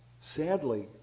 sadly